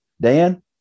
Dan